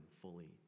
fully